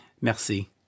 Merci